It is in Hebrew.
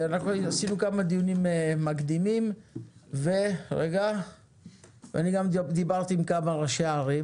אנחנו עשינו כמה דיונים מקדימים ואני גם דיברתי עם כמה ראשי ערים